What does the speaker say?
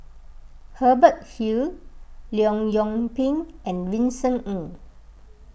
Hubert Hill Leong Yoon Pin and Vincent Ng